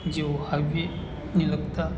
જેવો હાઇવેને લગતા